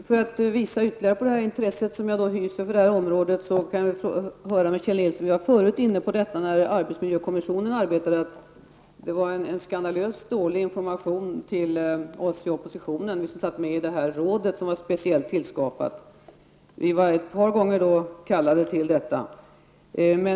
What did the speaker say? För att visa ytterligare på det intresse som jag hyser för det här området skall jag fråga Kjell Nilsson ett par saker. Jag har förut varit inne på detta när arbetsmiljökommissionen arbetade. Det var skandalöst dålig information till oss i oppositionen som satt med i det råd som var specialtillskapat. Vi var ett par gånger kallade till rådet.